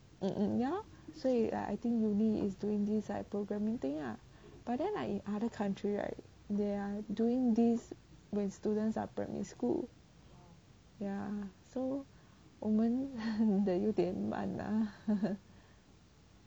嗯嗯 ya lor 所以 like I think uni is doing this programming thing lah but then like other country right they are doing this when students are primary school ya so 我们的有点慢 ah